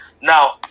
now